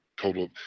Total